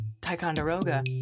Ticonderoga